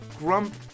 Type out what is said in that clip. grump